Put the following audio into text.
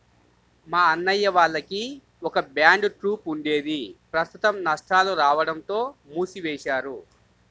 మా అన్నయ్య వాళ్లకి ఒక బ్యాండ్ ట్రూప్ ఉండేది ప్రస్తుతం నష్టాలు రాడంతో మూసివేశారు